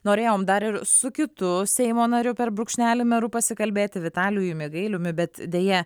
norėjom dar ir su kitu seimo nariu per brūkšnelį meru pasikalbėti vitalijumi gailiumi bet deja